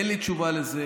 אין לי תשובה לזה